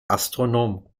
astronom